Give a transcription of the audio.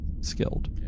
skilled